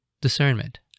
discernment